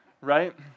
Right